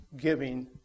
giving